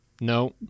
No